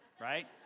right